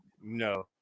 No